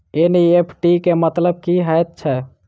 NEFT केँ मतलब की हएत छै?